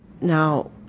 Now